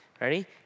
Ready